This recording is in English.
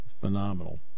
Phenomenal